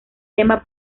tema